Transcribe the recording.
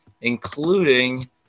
including